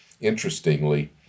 interestingly